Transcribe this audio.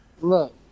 Look